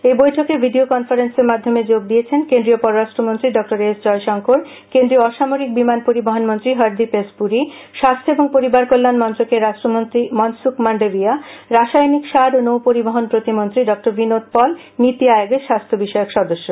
এই বৈঠকে ভিডিও কনফারেন্সের মাধ্যমে যোগ দিয়েছেন কেন্দ্রীয় পররাষ্ট্রমন্ত্রী ড এস জয়শঙ্কর কেন্দ্রীয় অসামরিক বিমান পরিবহন মন্ত্রী হরদীপ এস পুরি স্বাস্য ও পরিবার কল্যাণ মন্ত্রকের রাষ্ট্রমন্ত্রী মনসুখ মান্ডভিয়া রাসায়নিক সার ও নৌপরিবহণ প্রতিমন্ত্রী ড বিনোদ পল নীতি আয়োগের স্বাস্থ্য বিষয়ক সদস্য